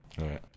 Right